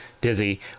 dizzy